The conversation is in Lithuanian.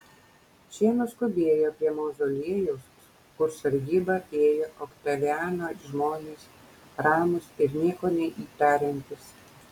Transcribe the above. šie nuskubėjo prie mauzoliejaus kur sargybą ėjo oktaviano žmonės ramūs ir nieko neįtariantys